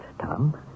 Tom